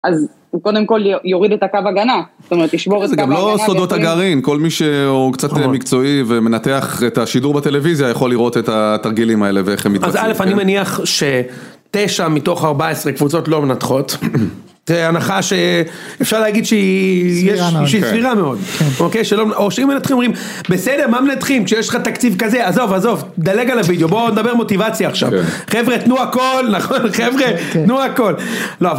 אז קודם כל יוריד את הקו הגנה, זאת אומרת תשבור את הקו הגנה, זה גם לא סודות הגרעין, כל מי שהוא קצת מקצועי ומנתח את השידור בטלוויזיה יכול לראות את התרגילים האלה ואיך הם מתבצעים, אז אלף אני מניח שתשע מתוך ארבע עשרה קבוצות לא מנתחות, זה הנחה שאפשר להגיד שהיא סבירה מאוד, או שהם מנתחים אומרים בסדר מה מנתחים כשיש לך תקציב כזה, עזוב עזוב דלג על הוידאו בואו נדבר מוטיבציה עכשיו, חבר'ה תנו הכל נכון חבר'ה תנו הכל, לא אבל